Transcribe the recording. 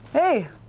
hey,